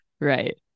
Right